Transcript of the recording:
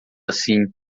assim